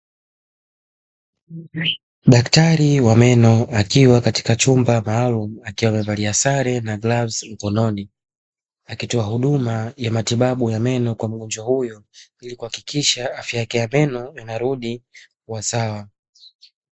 Daktari wa meno akiwa katika chumba maalumu, akiwa amevalia sare na glavzi mkononi. Akitoa huduma ya matibabu ya meno kwa mgonjwa huyo ili kuhakikisha afya yake ya meno inarudi kuwa sawa.